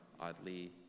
oddly